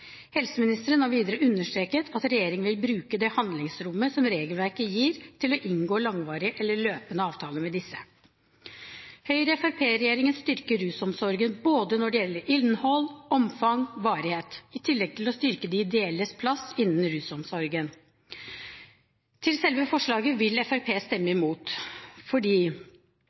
Helseministeren har videre understreket at regjeringen vil bruke det handlingsrommet som regelverket gir, til å inngå langvarige eller løpende avtaler med disse. Høyre–Fremskrittsparti-regjeringen styrker rusomsorgen både når det gjelder innhold, omfang og varighet, i tillegg til å styrke de ideelles plass innen rusomsorgen. Til selve forslaget: Fremskrittspartiet vil stemme imot.